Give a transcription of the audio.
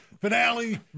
finale